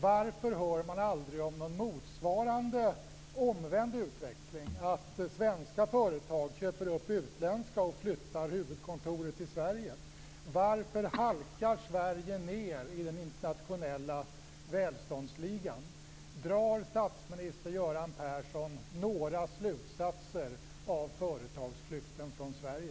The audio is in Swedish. Varför hör man aldrig talas om någon motsvarande, omvänd utveckling, dvs. att svenska företag köper upp utländska och flyttar deras huvudkontor till Sverige? Varför halkar Sverige ned i den internationella välståndsligan? Drar statsminister Göran Persson några slutsatser av företagsflykten från Sverige?